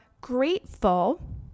grateful